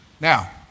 Now